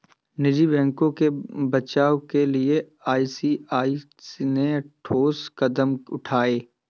निजी बैंकों के बचाव के लिए आर.बी.आई ने ठोस कदम उठाए